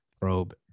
probe